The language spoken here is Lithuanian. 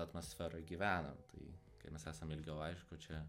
atmosferoj gyvenom tai kai mes esam ilgiau aišku čia